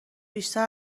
بیشتر